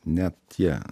net tie